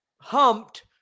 humped